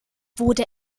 wurde